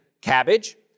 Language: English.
cabbage